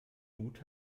mut